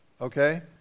okay